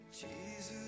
Jesus